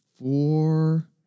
four